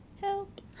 Help